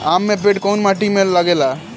आम के पेड़ कोउन माटी में लागे ला?